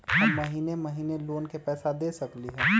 हम महिने महिने लोन के पैसा दे सकली ह?